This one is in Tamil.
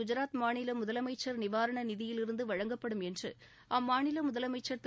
குஜராத் மாநில முதலமைச்சர் நிவாரண நிதியிலிருந்து வழங்கப்படும் என்று இந்த நிதி உதவி அம்மாநில முதலமைச்சர் திரு